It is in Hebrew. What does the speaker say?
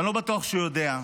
ואני לא בטוח שהוא יודע,